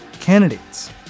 candidates